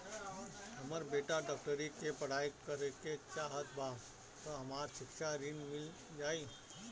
हमर बेटा डाक्टरी के पढ़ाई करेके चाहत बा त हमरा शिक्षा ऋण मिल जाई?